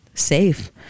Safe